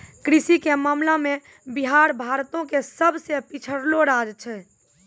कृषि के मामला मे बिहार भारतो के सभ से पिछड़लो राज्य छै